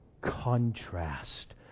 contrast